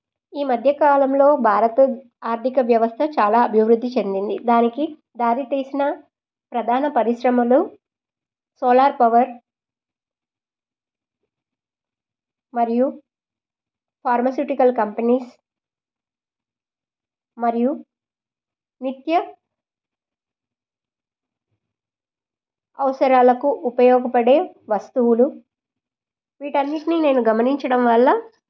ఈ మధ్య కాలంలో భారత ఆర్థిక వ్యవస్థ చాలా అభివృద్ధి చెందింది దానికి దారి తీసిన ప్రధాన పరిశ్రమలు సోలార్ పవర్ మరియు ఫార్మసిటికల్ కంపెనీస్ మరియు నిత్య అవసరాలకు ఉపయోగపడే వస్తువులు వీటన్నిటిని నేను గమనించడం వల్ల